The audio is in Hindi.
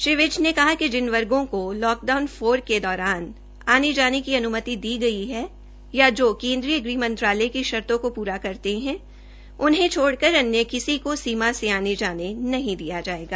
श्री विज ने कहा कि जिन वर्गो को लॉकडाउन चार के दौरान आने जाने की अनुमति दी है या जो केन्द्रीय गृहमंत्रालय की शर्तो को पूरा करते है उन्हें छोड़कर अन्य किसी को सीमा से आने जाने नहीं दिया जायेगा